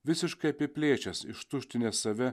visiškai apiplėšęs ištuštinęs save